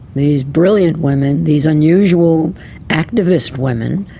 these brilliant women, these unusual activist women,